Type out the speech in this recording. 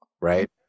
right